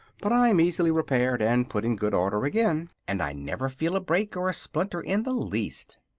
but i am easily repaired and put in good order again. and i never feel a break or a splinter in the least.